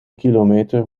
kilometer